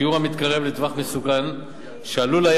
שיעור המתקרב לטווח מסוכן שעלול היה